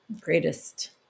greatest